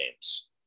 games